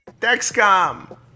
Dexcom